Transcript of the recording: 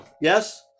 Yes